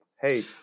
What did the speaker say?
hey